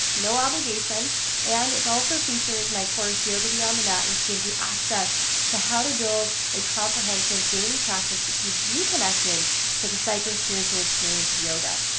no obligation and it also features my course yoga beyond the mat which gives you access to how to build a comprehensive daily practice that keeps you connected to the psycho-spiritual experience of yoga.